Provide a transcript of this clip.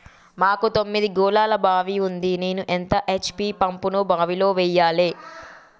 మాకు తొమ్మిది గోళాల బావి ఉంది నేను ఎంత హెచ్.పి పంపును బావిలో వెయ్యాలే?